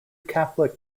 catholic